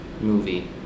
Movie